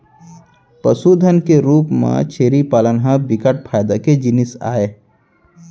पसुधन के रूप म छेरी पालन ह बिकट फायदा के जिनिस आय